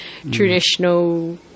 traditional